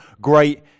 great